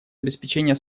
обеспечения